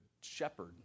shepherd